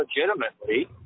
legitimately